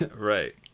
Right